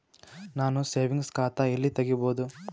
ನಾನು ಸೇವಿಂಗ್ಸ್ ಖಾತಾ ಎಲ್ಲಿ ತಗಿಬೋದು?